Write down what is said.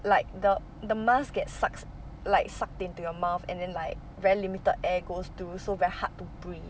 like the the mask get sucks like sucked into your mouth and then like very limited air goes through so very hard to breathe